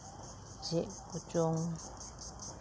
ᱪᱮᱫ ᱠᱚᱪᱚᱝ